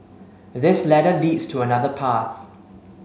this ladder leads to another path